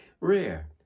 rare